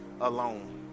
alone